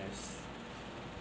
as